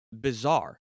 bizarre